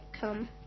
come